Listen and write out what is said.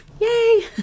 yay